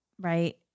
right